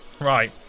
right